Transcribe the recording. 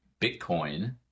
Bitcoin